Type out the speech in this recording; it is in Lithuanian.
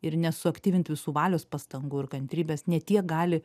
ir nesuaktyvint visų valios pastangų ir kantrybės ne tiek gali